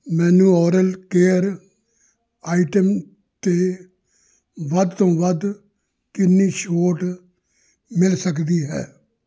ਮੈਨੂੰ oral care item 'ਤੇ ਵੱਧ ਤੋਂ ਵੱਧ ਕਿੰਨੀ ਛੋਟ ਮਿਲ ਸਕਦੀ ਹੈ